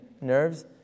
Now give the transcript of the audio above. nerves